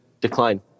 decline